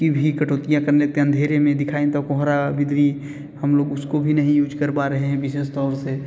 की भी कटौतियां कर लेते हैं अंधेरे में दिखाई तो कोहरा बिदरी हम लोग उसको भी नहीं यूज कर पा रहे हैं विशेष तौर से